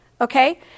Okay